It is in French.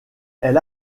elle